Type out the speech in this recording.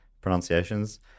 pronunciations